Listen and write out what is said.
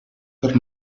per